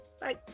Bye